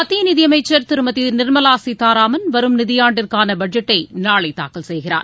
மத்தியநிதியமைச்சர் திருமதிநிர்மலாசீதாராமன் நிதியாண்டிற்கானபட்ஜெட்டைநாளைதாக்கல் வரும் செய்கிறார்